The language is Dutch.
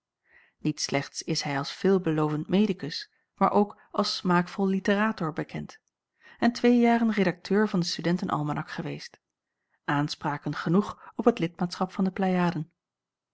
niet slechts is hij als veelbelovend medicus maar ook als smaakvol literator bekend en twee jaren redakteur van den studenten-almanak geweest aanspraken genoeg op het lidmaatschap van de